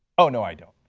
oh no i don't.